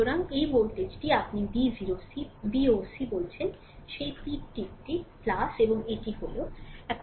সুতরাং এই ভোল্টেজটি আপনি VOC বলছেন সেই তীর টিপটি এবং এটি হল